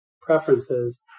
preferences